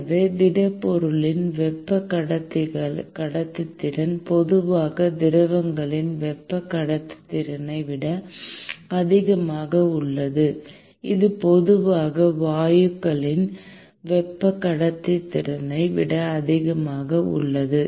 எனவே திடப்பொருட்களின் வெப்ப கடத்துத்திறன் பொதுவாக திரவங்களின் வெப்ப கடத்துத்திறனை விட அதிகமாக உள்ளது இது பொதுவாக வாயுக்களின் வெப்ப கடத்துத்திறனை விட அதிகமாக உள்ளது